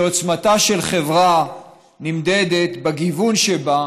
כי עוצמתה של חברה נמדדת בגיוון שבה